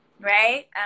right